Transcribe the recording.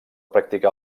practicar